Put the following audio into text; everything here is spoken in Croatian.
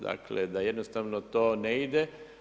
Dakle, da jednostavno to ne ide.